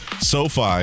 SoFi